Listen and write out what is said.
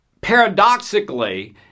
paradoxically